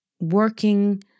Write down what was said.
working